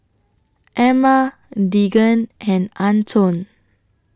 Emma Deegan and Antone